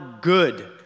good